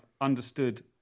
understood